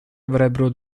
avrebbero